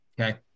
Okay